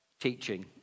teaching